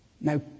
Now